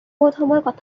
বহুত